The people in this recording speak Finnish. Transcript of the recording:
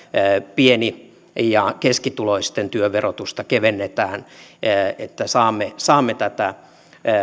pieni ja keskituloisten työn verotusta kevennetään että saamme saamme tätä